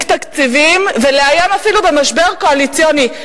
תקציבים ואפילו לאיים במשבר קואליציוני.